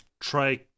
Try